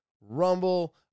Rumble